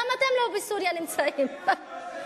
גם אתם לא נמצאים בסוריה.